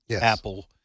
Apple